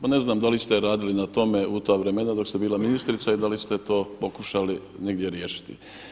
Pa ne znam da li ste radili na tome u ta vremena dok ste bila ministrica i da li ste to pokušali negdje riješiti.